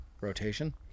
rotation